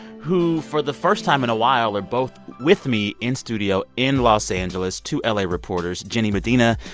who, for the first time in a while, are both with me in studio in los angeles, two la reporters jenny medina,